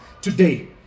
Today